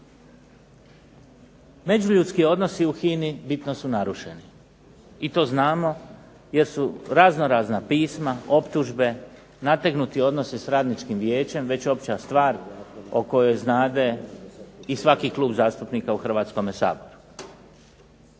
Međuljudski odnosi u HINA-i bitno su narušeni, i to znamo jer su raznorazna pisma, optužbe, nategnuti odnosi s radničkim vijećem već opća stvar, o kojoj znade i svaki klub zastupnika u Hrvatskome saboru.